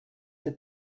der